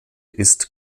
ist